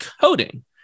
coding